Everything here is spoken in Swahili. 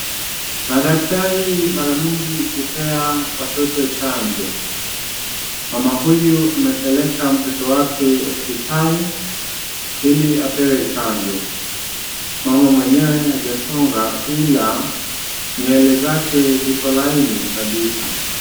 Madaktari mara mingi hupea watoto chanjo. Mama huyu amepeleka mtoto wake hospitali, ili apewe chanjo. Mama mwenyewe hajasonga ila nywele zake ziko laini kabisa.